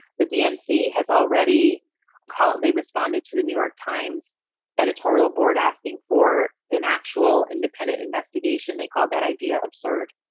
the dnc has already called. they responded to the new york times editorial board asking for an actual independent investigation. they called that idea absurd.